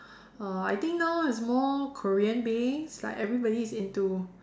uh I think now it's more Korean based like everybody is into